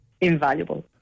invaluable